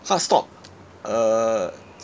heart stop err